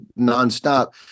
nonstop